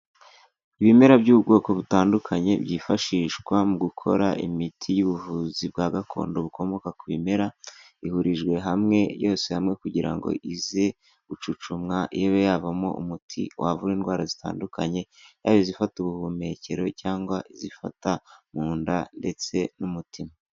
Ibimera by'ubwoko butandukanye byifashishwa mu gukora imiti y'ubuvuzi bwa gakondo bukomoka ku bimera ihurijwe hamwe yose hamwe kugira ngo ize gucucumwa ibe yavamo umuti wavura indwara zitandukanye yaba izifata ubuhumekero cyangwa izifata mu nda ndetse n'umutima.